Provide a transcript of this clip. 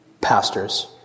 Pastors